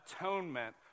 atonement